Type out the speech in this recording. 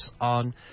on